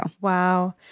Wow